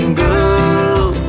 girl